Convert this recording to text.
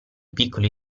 piccoli